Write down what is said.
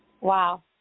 wow